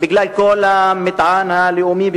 בגלל כל המטען הלאומי,